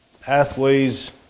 Pathways